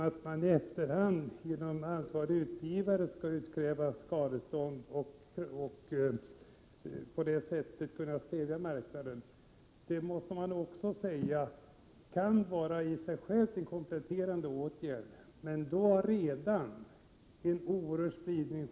Att man i efterhand genom ansvarig utgivare skall utkräva skadestånd kan vara en kompletterande åtgärd när det gäller att stävja marknaden, men då har filmerna redan fått stor spridning.